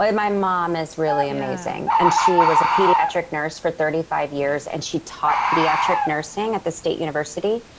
ah my mom is really amazing. and she was a pediatric nurse for thirty five years, and she taught pediatric nursing at the state university.